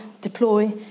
deploy